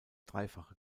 dreifache